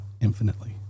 infinitely